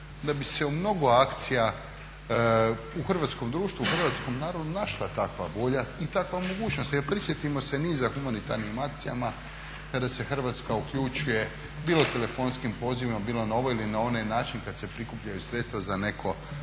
da bi se u mnogo akcija u hrvatskom društvu, u hrvatskom narodu našla takva volja i takva mogućnost. Evo prisjetimo se niza humanitarnim akcijama kada se Hrvatska uključuje bilo telefonskim pozivima, bilo na ovaj ili na onaj način kad se prikupljaju sredstva za neko